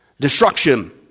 Destruction